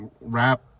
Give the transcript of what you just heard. rap